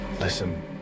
Listen